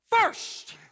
first